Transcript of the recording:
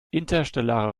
interstellare